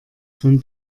von